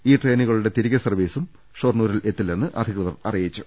ഈ ട്രെയിനുകളുടെ തിരികെ സർവീസും ഷൊർണൂരിലെത്തില്ലെന്ന് അധികൃതർ അറി യിച്ചു